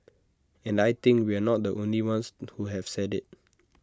and I think we're not the only ones who have said IT